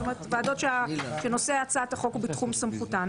זאת אומרת ועדות שנושא הצעת החוק הוא בתחום סמכותן,